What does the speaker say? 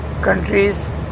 countries